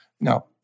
Now